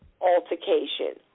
altercation